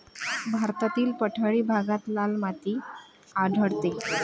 भारतातील पठारी भागात लाल माती आढळते